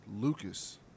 Lucas